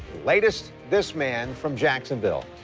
latest this man from jacksonville.